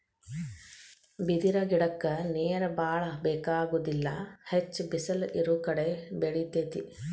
ಬಿದಿರ ಗಿಡಕ್ಕ ನೇರ ಬಾಳ ಬೆಕಾಗುದಿಲ್ಲಾ ಹೆಚ್ಚ ಬಿಸಲ ಇರುಕಡೆ ಬೆಳಿತೆತಿ